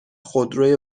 خودروی